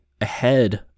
ahead